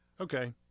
Okay